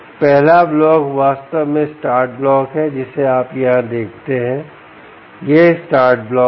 पहला ब्लॉक वास्तव में स्टार्ट ब्लॉक है जिसे आप यहां देखते हैं यह स्टार्ट ब्लॉक है